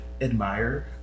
admire